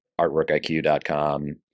artworkiq.com